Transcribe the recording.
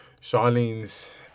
Charlene's